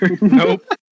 Nope